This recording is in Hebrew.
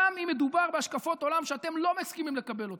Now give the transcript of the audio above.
גם אם מדובר בהשקפות עולם שאתם לא מסכימים לקבל אותן.